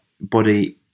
body